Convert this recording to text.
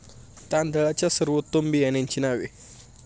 तांदळाच्या सर्वोत्तम बियाण्यांची नावे?